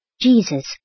Jesus